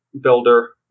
builder